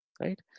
right